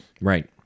Right